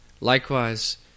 Likewise